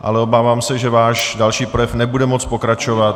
Ale obávám se, že váš další projev nebude moct pokračovat.